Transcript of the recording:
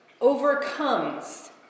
overcomes